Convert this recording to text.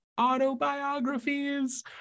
autobiographies